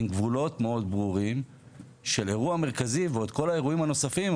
עם גבולות מאוד ברורים של אירוע המרכזי ועוד כל האירועים הנוספים,